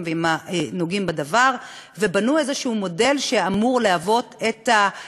ועם הנוגעים בדבר ובנו איזשהו מודל שאמור להיות התקנון: